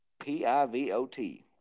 P-I-V-O-T